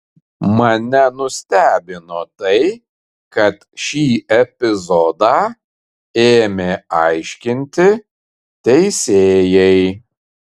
mane nustebino tai kad šį epizodą ėmė aiškinti teisėjai